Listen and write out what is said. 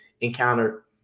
encountered